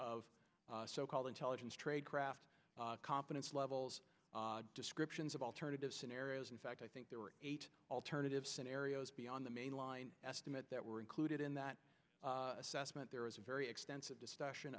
of so called intelligence tradecraft confidence levels descriptions of alternative scenarios in fact i think there were eight alternative scenarios beyond the mainline estimate that were included in that assessment there is a very extensive discussion